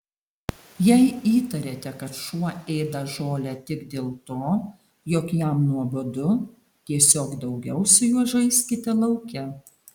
jei įtariate kad šuo ėda žolę tik dėl to jog jam nuobodu tiesiog daugiau su juo žaiskite lauke